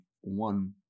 one